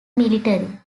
military